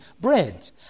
bread